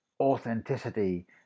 Authenticity